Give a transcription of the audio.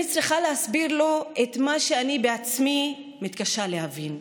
אני צריכה להסביר לו את מה שאני בעצמי מתקשה להבין,